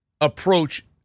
approach